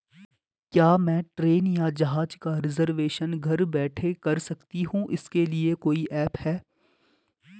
क्या मैं ट्रेन या जहाज़ का रिजर्वेशन घर बैठे कर सकती हूँ इसके लिए कोई ऐप है?